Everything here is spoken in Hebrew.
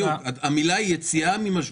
המילים הן יציאה ממשבר.